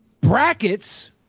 Brackets